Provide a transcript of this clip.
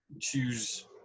choose